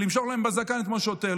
למשוך להם בזקן כמו שוטר,